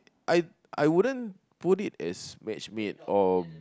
I I wouldn't put it as match made or